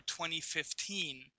2015